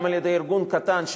גם על-ידי ארגון קטן,